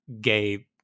gay